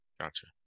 Gotcha